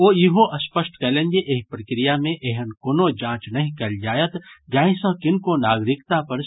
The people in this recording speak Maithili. ओ ईहो स्पष्ट कयलनि जे एहि प्रक्रिया मे एहन कोनो जांच नहिं कयल जायत जाहि सॅ किनको नागरिकता पर सवाल उठय